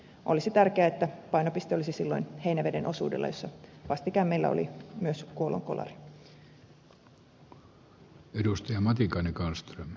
olisi tärkeää että painopiste olisi silloin heinäveden osuudella missä meillä vastikään oli myös kuolonkolari